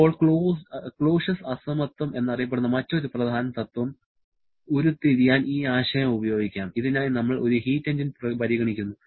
ഇപ്പോൾ ക്ലോസിയസ് അസമത്വം എന്നറിയപ്പെടുന്ന മറ്റൊരു പ്രധാന തത്ത്വം ഉരുത്തിരിയാൻ ഈ ആശയം ഉപയോഗിക്കാം ഇതിനായി നമ്മൾ ഒരു ഹീറ്റ് എഞ്ചിൻ പരിഗണിക്കുന്നു